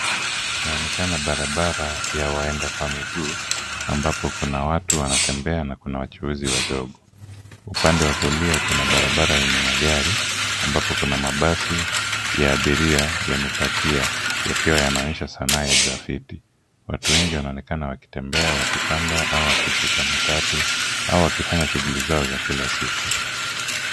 Inaonekana barabara ya waenda kwa miguu ambapo kuna watu wanatembea na kuna wachuuzi wadogo. Upande wa kulia kuna barabara yenye magari ambapo kuna mabasi ya abiria yamepakia yakiwa yanaonyesha sanaa ya grafiti. Watu wengi wanaonekana wakitembea, wakipanda au wakishuka matatu au wakifanya shughuli zao za kila siku.